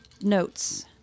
notes